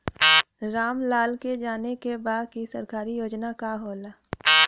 राम लाल के जाने के बा की सरकारी योजना का होला?